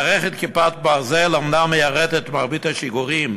מערכת "כיפת ברזל" אומנם מיירטת את מרבית השיגורים,